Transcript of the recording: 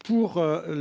spéciale ?